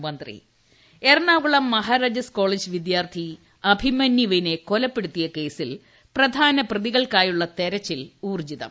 ട്ടടടടടടടടടട Abhimanyu Ernakulam Maharaja's college വിദ്യാർത്ഥി അഭിമന്യുവിനെ കൊലപ്പെടുത്തിയ കേസിൽ പ്രധാന ത്തികൾക്കായുള്ള തിരച്ചിൽ ഉൌർജ്ജിതം